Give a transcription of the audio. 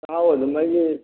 ꯆꯥꯛꯍꯥꯎ ꯑꯗꯨꯝ ꯑꯩꯒꯤ